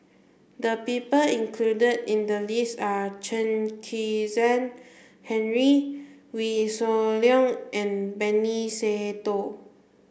the people included in the list are Chen Kezhan Henri Wee Shoo Leong and Benny Se Teo